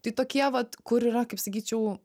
tai tokie vat kur yra kaip sakyčiau